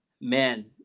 men